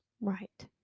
Right